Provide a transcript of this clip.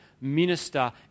minister